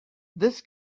this